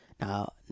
Now